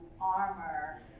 armor